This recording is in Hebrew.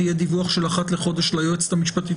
יהיה דיווח של אחת לחודש ליועצת המשפטית